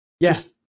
Yes